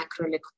acrylic